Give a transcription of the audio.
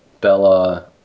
Bella